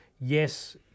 yes